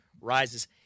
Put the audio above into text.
rises